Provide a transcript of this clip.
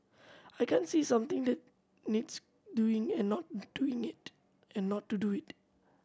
I can't see something that needs doing and not doing it and not to do it